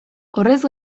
horrez